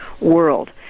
world